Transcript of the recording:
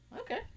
Okay